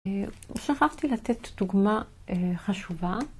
שכרתי לתת דוגמה חשובה.